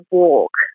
walk